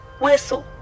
whistle